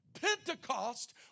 Pentecost